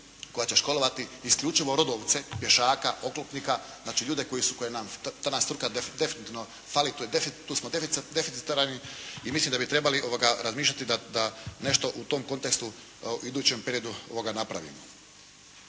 koja će školovati isključivo rodovce, pješaka, oklopnika, znači ljude koje nam, ta nam struka definitivno fali, tu smo deficitarni. I mislim da bi trebali razmišljati da nešto u tom kontekstu u idućem periodu napravimo.